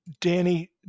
Danny